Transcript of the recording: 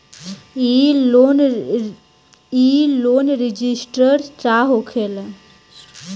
ई loan restructure का होखे ला?